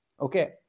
Okay